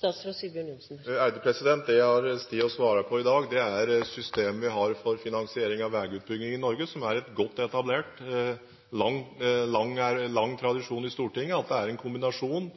Det jeg har stått og svart på i dag, er systemet vi har for finansiering av veiutbygging i Norge som er godt etablert, og det er lang tradisjon i Stortinget for at det er en kombinasjon